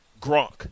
Gronk